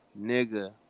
nigga